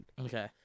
Okay